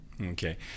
Okay